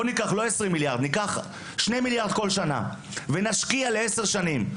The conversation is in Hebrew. ניקח לא 20 מיליארד אלא שני מיליארד בכל שנה ונשקיע לעשר שנים,